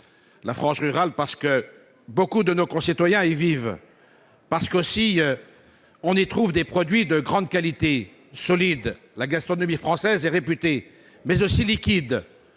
la France rurale, parce que beaucoup de nos concitoyens y vivent, parce que l'on y trouve aussi des produits de grande qualité, solides- la gastronomie française est réputée -, mais aussi liquides.